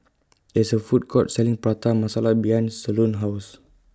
There IS A Food Court Selling Prata Masala behind Solon's House